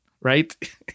right